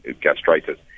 gastritis